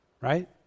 right